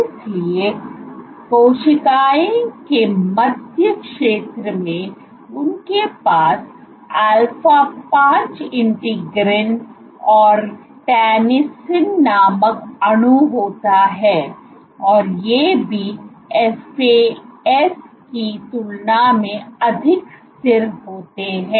इसलिए कोशिकाओं के मध्य क्षेत्र में उनके पास अल्फा 5 इंटेग्रिन और टेनसिन नामक अणु होता है और ये भी FAs की तुलना में अधिक स्थिर होते हैं